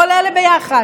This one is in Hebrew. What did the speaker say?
כל אלה ביחד.